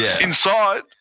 inside